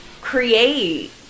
create